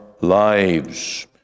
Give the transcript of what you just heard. lives